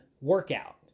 workout